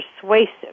persuasive